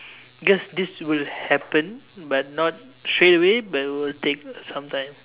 cause this will happen but not straight away but it will take some time